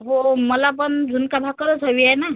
हो मला पण झुणका भाकरंच हवी आहे ना